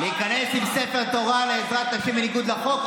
להיכנס עם ספר תורה לעזרת נשים בניגוד לחוק,